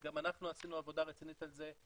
גם אנחנו עשינו עבודה רצינית על זה,